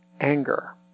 anger